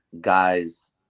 guys